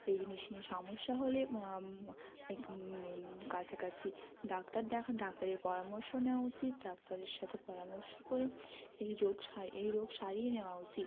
এই জিনিস নিয়ে সমস্যা হলে কাছাকাছি ডাক্তার দেখানো ডাক্তারের পরামর্শ নেওয়া উচিত ডাক্তারের সাথে পরামর্শ করে এই রোগ সারি এই রোগ সারিয়ে নেওয়া উচিত